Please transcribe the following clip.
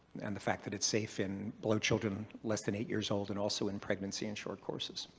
and the fact that it's safe in below children less than eight years old and also in pregnancy in short courses.